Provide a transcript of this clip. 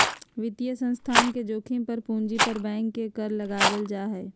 वित्तीय संस्थान के जोखिम पर पूंजी पर बैंक के कर लगावल जा हय